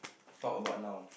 talk about now